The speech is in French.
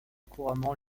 couramment